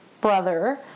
brother